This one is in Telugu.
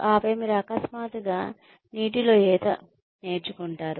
ఆపై మీరు అకస్మాత్తుగా నీటిలో ఈత నేర్చుకుంటారు